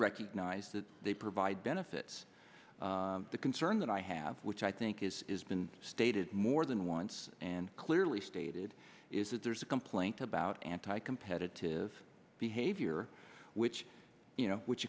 recognize that they provide benefits the concern that i have which i think is been stated more than once and clearly stated is that there is a complaint about anti competitive behavior which you know which